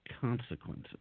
consequences